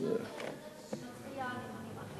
יש מחקר חדש שמצביע על נתונים אחרים,